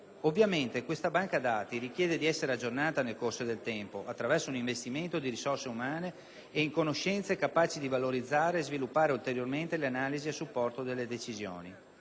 Ovviamente, questa banca dati richiede di essere aggiornata nel corso del tempo attraverso un investimento in risorse umane e in conoscenze capaci di valorizzare e sviluppare ulteriormente le analisi a supporto delle decisioni.